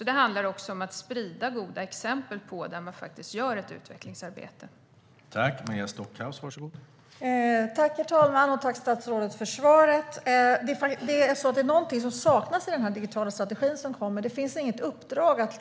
Det handlar också om att sprida goda exempel på utvecklingsarbete som görs.